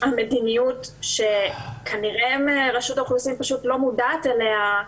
המדיניות שכנראה רשות האוכלוסין לא מודעת אליה.